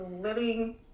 living